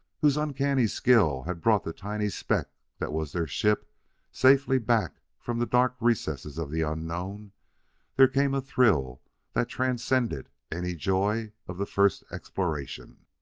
whose uncanny skill had brought the tiny speck that was their ship safely back from the dark recesses of the unknown there came a thrill that transcended any joy of the first exploration.